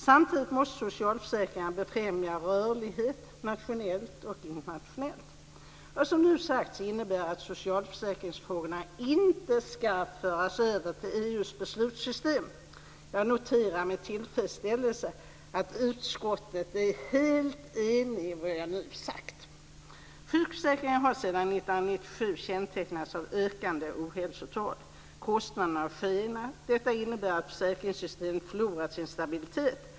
Samtidigt måste socialförsäkringarna befrämja rörlighet, nationellt och internationellt. Vad som nu sagts innebär att socialförsäkringsfrågorna inte ska föras över till EU:s beslutssystem. Jag noterar med tillfredsställelse att utskottet är helt enigt i vad jag nu har sagt. Sjukförsäkringen har sedan 1997 kännetecknats av ökande ohälsotal. Kostnaderna har skenat. Detta innebär att försäkringssystemet har förlorat sin stabilitet.